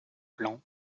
plans